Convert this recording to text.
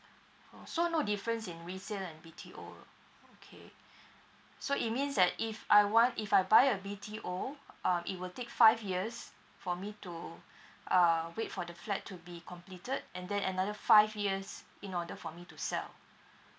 oh so no difference in resell and B_T_O okay so it means that if I want if I buy a B_T_O um it will take five years for me to uh wait for the flat to be completed and then another five years in order for me to sell